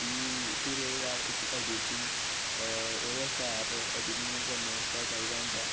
कि फिर ओह्दे बाद उसी एडिटिंग ओह्दे आस्तै ऐप एडिटिंग करने आस्तै चाहि्दा होंदा